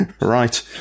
Right